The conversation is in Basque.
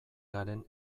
garen